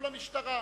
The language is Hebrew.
לכו למשטרה,